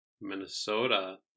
Minnesota